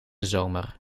zomer